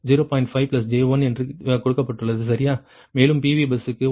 5 j1 என்று கொடுக்கப்பட்டுள்ளது சரியா மேலும் PV பஸ்ஸுக்கு 1